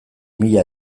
mila